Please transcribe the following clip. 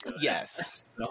Yes